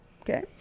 Okay